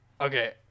okay